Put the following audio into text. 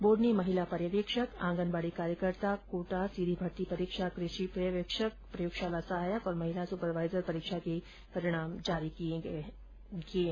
board ने महिला पर्यवेक्षक आंगनबाडी कार्यकर्ता कोटा सीधी भर्ती परीक्षा कृषि पर्यवेक्षक प्रयोगशाला सहायक और महिला सुपरवाइजर परीक्षा के परिणाम जारी किये